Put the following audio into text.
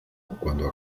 cuando